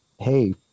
hey